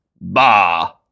Bah